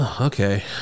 Okay